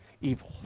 evil